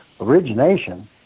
origination